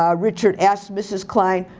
um richard asks mrs. klein,